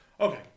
Okay